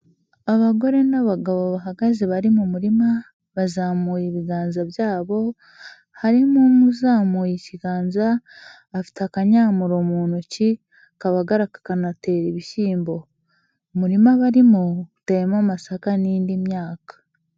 Abagore n'abagabo bahagaze bari mu murima bazamuye ibiganza byabo, harimo umwe uzamuye ikiganza afite akanyamuro mu ntoki kabagara kakanatera ibishyimbo, umurima barimo uteyemo amasaka n'indi myaka.